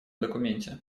документе